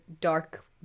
dark